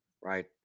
right